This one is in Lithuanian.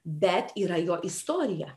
bet yra jo istorija